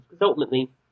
ultimately